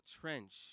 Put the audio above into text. trench